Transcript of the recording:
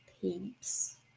peeps